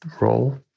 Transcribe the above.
role